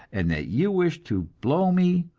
and that you wish to blow me,